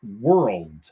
world